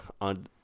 on